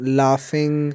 laughing